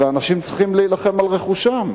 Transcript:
ואנשים צריכים להילחם על רכושם.